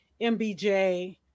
MBJ